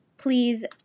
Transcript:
please